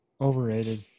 Overrated